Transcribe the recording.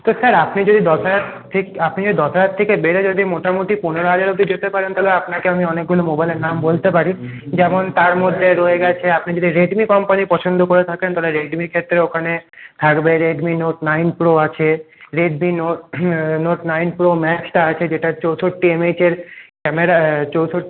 তো স্যার আপনি যদি দশহাজার থেকে আপনি যদি দশহাজার থেকে বেড়ে যদি মোটামুটি পনেরো হাজার অব্দি যেতে পারেন তাহলে আপনাকে আমি আনেকগুনো মোবাইলের নাম বলতে পারি যেমন তার মধ্যে রয়ে গেছে আপনি যদি রেডমি কোম্পানি পছন্দ করে থাকেন তাহলে রেডমির ক্ষেত্রে ওখানে থাকবে রেডমি নোট নাইন প্রো আছে Redmi note note nine pro ম্যাক্সটা আছে যেটা চৌষট্টি এমএইচের ক্যামেরা চৌষট্টি